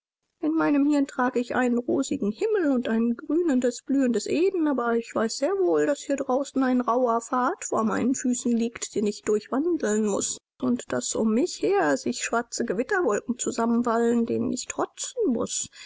in meinem hirn trage ich einen rosigen himmel und ein grünendes blühendes eden aber ich weiß sehr wohl daß hier draußen ein rauher pfad vor meinen füßen liegt den ich durchwandeln muß und daß um mich her sich schwarze gewitterwolken zusammenballen denen ich trotzen muß